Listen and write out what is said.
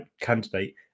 candidate